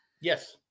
Yes